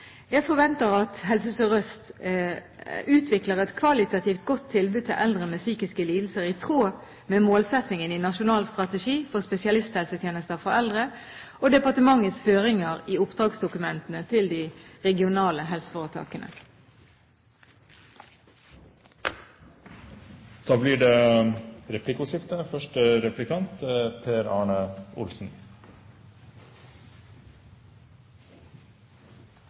Jeg forventer at Helse Sør-Øst utvikler et kvalitativt godt tilbud til eldre med psykiske lidelser, i tråd med målsettingen i Nasjonal strategi for spesialisthelsetjenester for eldre og departementets føringer i oppdragsdokumentene til de regionale helseforetakene. Det blir replikkordskifte.